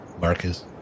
Marcus